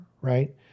right